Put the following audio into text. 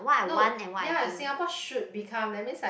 no ya Singapore should become that means like